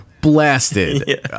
blasted